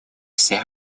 всех